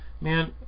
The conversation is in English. man